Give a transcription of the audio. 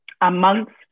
amongst